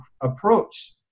approach